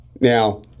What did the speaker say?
Now